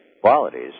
qualities